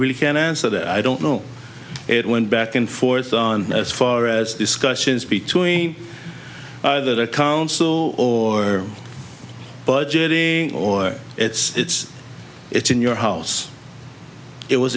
really can't answer that i don't know it went back and forth on far as discussions between other council or budgeting or it's it's in your house it was